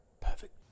Perfect